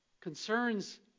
concerns